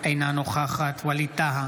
אינה נוכחת ווליד טאהא,